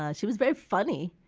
ah she was very funny.